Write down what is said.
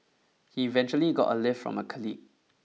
he eventually got a lift from a colleague